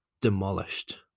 demolished